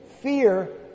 Fear